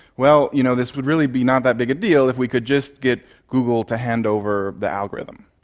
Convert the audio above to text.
well, you know this would really be not that big a deal if we could just get google to hand over the algorithm.